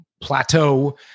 plateau